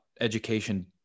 education